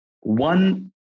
one